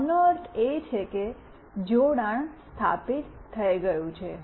આનો અર્થ એ કે જોડાણ સ્થાપિત થઈ ગયું છે